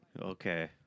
Okay